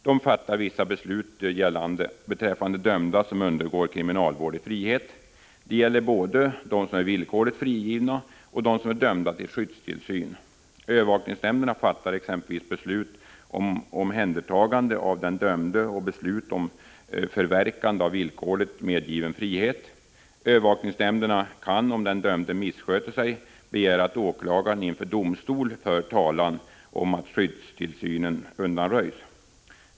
De fattar vissa beslut beträffande dömda som undergår kriminalvård i frihet. Det gäller både dem som är villkorligt frigivna och dem som är dömda till skyddstillsyn. Övervakningsnämnderna fattar exempelvis beslut om omhändertagande om den dömde och beslut om förverkande av villkorligt medgiven frihet. Övervakningsnämnderna kan, om den dömde missköter sig, begära att åklagare inför domstol för talan om att skyddstillsynen undanröjs.